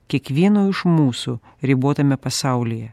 kiekvieno iš mūsų ribotame pasaulyje